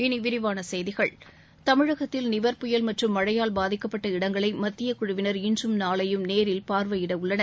இனி விரிவான செய்திகள் தமிழகத்தில் நிவர் புயல் மற்றும் மழையால் பாதிக்கப்பட்ட இடங்களை மத்தியக் குழுவினர் இன்றும் நாளையும் நேரில் பார்வையிட உள்ளனர்